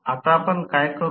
आता आपण काय करू